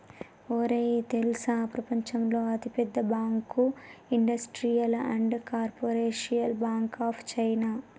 ఒరేయ్ తెల్సా ప్రపంచంలో అతి పెద్ద bank industrial and commercial bank of China